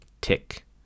Tick